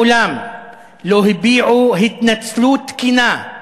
מעולם לא הביעו התנצלות תקינה,